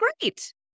Great